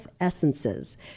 essences